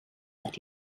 that